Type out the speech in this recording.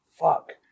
Fuck